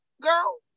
girl